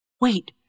Wait